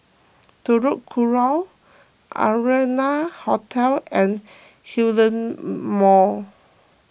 Telok Kurau Arianna Hotel and Hillion Mall